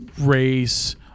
race